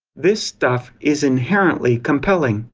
this stuff is inherently compelling.